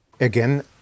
Again